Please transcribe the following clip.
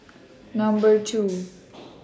Number two